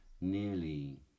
nearly